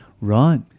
Right